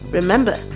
Remember